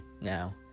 now